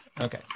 Okay